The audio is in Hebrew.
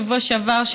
בשבוע שעבר,